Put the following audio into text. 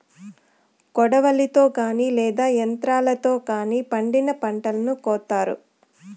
కొడవలితో గానీ లేదా యంత్రాలతో గానీ పండిన పంటను కోత్తారు